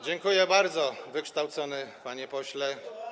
Dziękuję bardzo, wykształcony panie pośle.